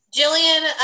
Jillian